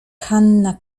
hanna